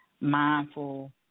mindful